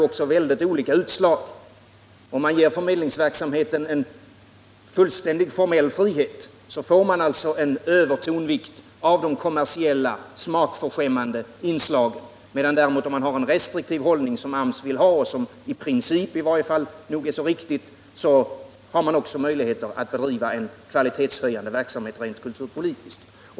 Om man ger förmedlingsverksamheten en fullständig formell frihet får man en övertonvikt av de kommersiella smakförskämmandeinslagen, medan man däremot, om man intar en restriktiv hållning — något som AMS strävar till och vilket i varje fall i princip är riktigt — då också har möjlighet att bedriva en kvalitetshöjande verksamhet rent kulturpolitiskt.